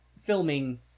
filming